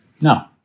No